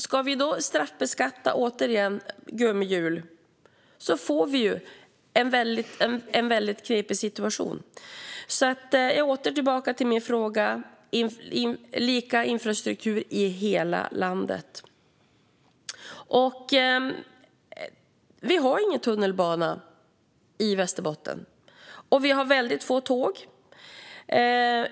Ska vi då straffbeskatta trafiken på gummihjul får vi en väldigt knepig situation. Jag återkommer därför till min fråga om lika infrastruktur i hela landet. Vi har ingen tunnelbana i Västerbotten, och vi har väldigt få tåg.